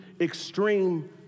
extreme